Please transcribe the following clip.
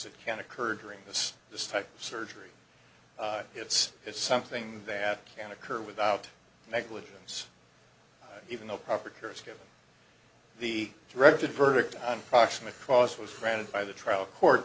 that can occur during this this type of surgery it's it's something that can occur without negligence even though proper care is given the directed verdict and proximate cause was granted by the trial court